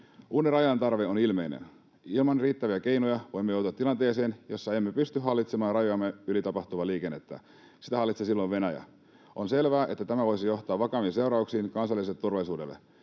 Uuden rajalain tarve on ilmeinen. Ilman riittäviä keinoja voimme joutua tilanteeseen, jossa emme pysty hallitsemaan rajojemme yli tapahtuvaa liikennettä. Sitä hallitsee silloin Venäjä. On selvää, että tämä voisi johtaa vakaviin seurauksiin kansalliselle turvallisuudelle.